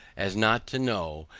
as not to know,